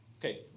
Okay